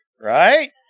right